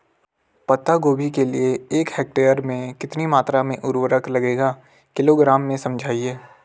पत्ता गोभी के लिए एक हेक्टेयर में कितनी मात्रा में उर्वरक लगेगा किलोग्राम में समझाइए?